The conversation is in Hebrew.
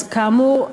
אז כאמור,